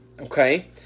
okay